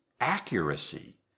accuracy